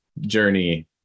journey